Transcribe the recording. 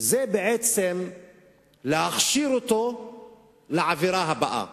זה בעצם להכשיר אותו לעבירה הבאה.